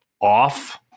off